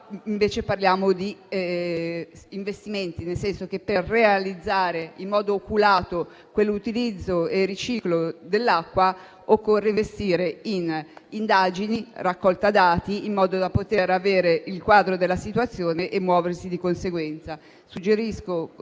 si parla di investimenti, nel senso che per realizzare in modo oculato l'utilizzo e riciclo dell'acqua occorre investire in indagini e raccolta dati, in modo da poter avere il quadro della situazione e muoversi di conseguenza.